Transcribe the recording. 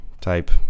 type